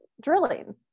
drilling